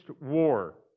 war